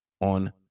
on